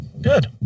Good